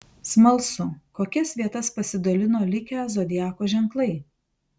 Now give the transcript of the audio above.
smalsu kokias vietas pasidalino likę zodiako ženklai